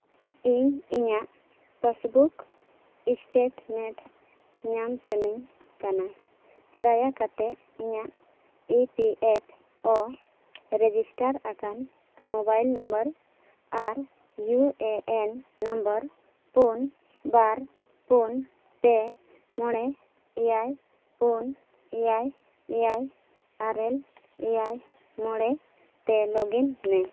ᱤᱧ ᱤᱧᱟᱹᱜ passbook statement ᱧᱟᱢ ᱥᱟᱱᱟᱧ ᱠᱟᱱᱟ ᱫᱟᱭᱟ ᱠᱟᱛᱮᱫ ᱤᱧᱟᱹᱜ E P F O register ᱟᱠᱟᱱ ᱢᱳᱵᱟᱭᱤᱞ ᱱᱟᱢᱵᱟᱨ ᱟᱨ ᱤᱭᱩ ᱮ ᱮᱱ ᱱᱚᱢᱵᱚᱨ ᱯᱩᱱ ᱵᱟᱨ ᱯᱩᱱ ᱯᱮ ᱢᱚᱬᱮ ᱮᱭᱟᱭ ᱯᱩᱱ ᱮᱭᱟᱭ ᱮᱭᱟᱭ ᱟᱨᱮᱞ ᱮᱭᱟᱭ ᱢᱚᱬᱮ ᱛᱮ ᱞᱚᱜᱽ ᱤᱱ ᱢᱮ